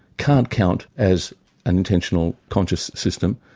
can't count as an intentional conscious system,